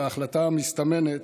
ההחלטה המסתמנת,